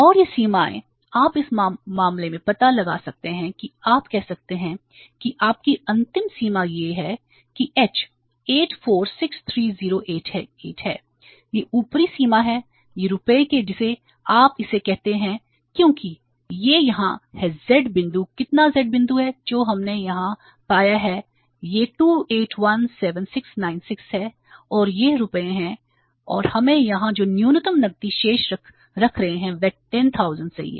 और ये सीमाएं आप इस मामले में पता लगा सकते हैं कि आप कह सकते हैं कि आपकी अंतिम सीमा यह है कि h 8463088 है यह ऊपरी सीमा है यह रुपये के जिसे आप इसे कहते हैं क्योंकि यह यहाँ है z बिंदु कितना z बिंदु है जो हमने यहां पाया है कि यह 2817696 है और यह रुपये है और हम यहां जो न्यूनतम नकदी शेष रख रहे हैं वह 10000 सही है